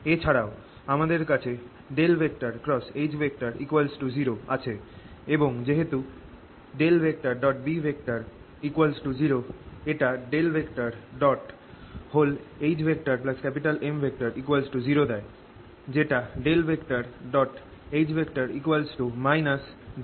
এছারাও আমাদের কাছে H 0 আছে এবং যেহেতু B 0 এটা HM0 দেয় যেটা H M দেয়